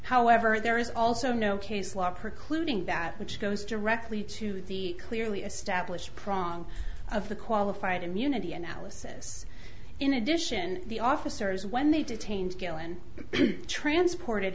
however there is also no case law precluding that which goes directly to the clearly established prong of the qualified immunity analysis in addition the officers when they detained gillan transported